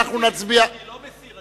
אני לא מסיר.